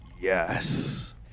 Yes